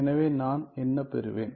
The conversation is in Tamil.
எனவே நான் என்ன பெறுவேன்